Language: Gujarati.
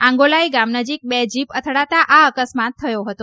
આંગોલાઇ ગામ નજીક બે જીપ અથડાતાં આ અકસ્માત થયો હતો